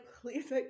please